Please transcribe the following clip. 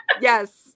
Yes